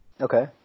Okay